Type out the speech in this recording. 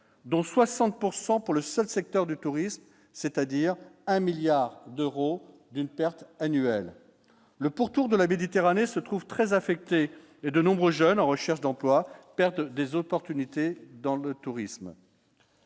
pourcent pour le seul secteur du tourisme c'est-à-dire. Un milliard d'euros d'une perte annuelle. Le pourtour de la Méditerranée se trouve très affecté et de nombreux jeunes en recherche d'emploi, perte des opportunités dans le tourisme.